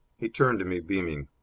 he turned to me, beaming.